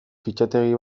fitxategi